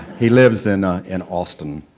he lives in and austin.